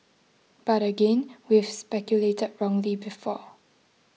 but again we've speculated wrongly before